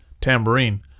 tambourine